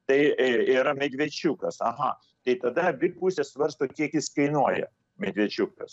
tai i yra medvėčiukas aha tai tada abi pusės svarsto kiek jis kainuoja medvėčiukas